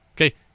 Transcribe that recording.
Okay